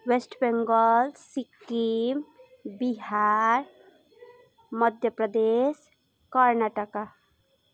West Bengal Sikkim Bihar Madhya Pradesh Karnataka